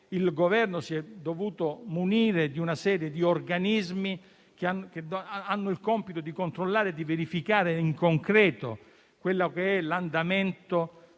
il Governo si è dovuto munire di una serie di organismi che hanno il compito di controllare e verificare in concreto l'andamento